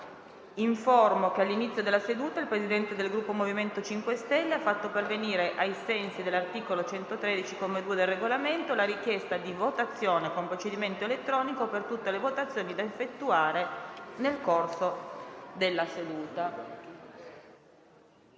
che all'inizio della seduta il Presidente del Gruppo MoVimento 5 Stelle ha fatto pervenire, ai sensi dell'articolo 113, comma 2, del Regolamento, la richiesta di votazione con procedimento elettronico per tutte le votazioni da effettuare nel corso della seduta.